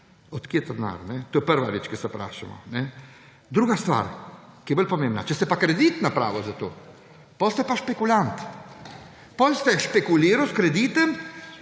od kje ta denar. To je prva reč, o kateri se vprašamo. Druga stvar, ki je bolj pomembna, če ste pa kredit napravili za to, potem ste pa špekulant, potem ste špekulirali s kreditom,